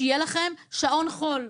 שיהיה לכם שעון חול.